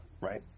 right